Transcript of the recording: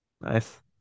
Nice